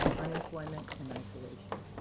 unemployment, and isolation.